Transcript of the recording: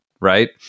right